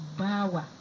bawa